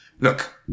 Look